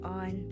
on